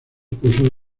puso